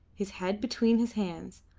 his head between his hands,